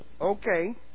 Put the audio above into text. Okay